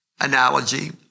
analogy